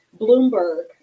Bloomberg